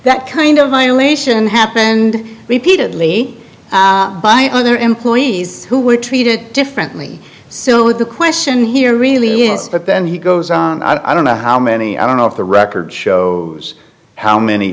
that kind of violation happen and repeatedly by other employees who were treated differently so the question here really yes but then he goes i don't know how many i don't know off the record shows how many